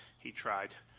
he tried,